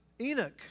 Enoch